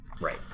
right